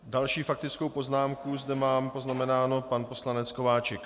Další faktickou poznámku zde mám poznamenánu pan poslanec Kováčik.